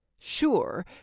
Sure